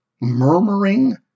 murmuring